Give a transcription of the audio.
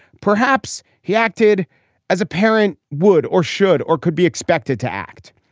perhaps he acted as a parent, would or should or could be expected to act.